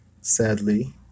sadly